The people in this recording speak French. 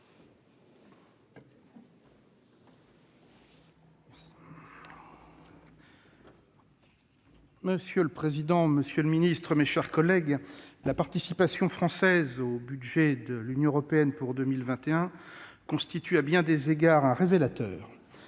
Monsieur le président, monsieur le secrétaire d'État, mes chers collègues, la participation française au budget de l'Union européenne pour 2021 constitue à bien des égards un révélateur.